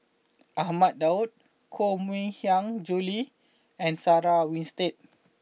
Ahmad Daud Koh Mui Hiang Julie and Sarah Winstedt